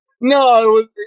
No